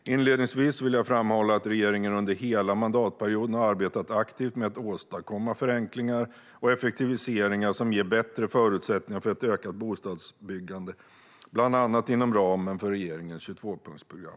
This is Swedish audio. Inledningsvis vill jag framhålla att regeringen under hela mandatperioden har arbetat aktivt med att åstadkomma förenklingar och effektiviseringar som ger bättre förutsättningar för ett ökat bostadsbyggande, bland annat inom ramen för regeringens 22-punktsprogram.